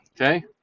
Okay